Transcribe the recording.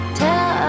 tell